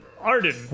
Arden